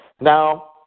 now –